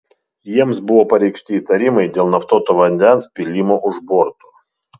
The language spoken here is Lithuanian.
jiems buvo pareikšti įtarimai dėl naftuoto vandens pylimo už borto